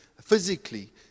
physically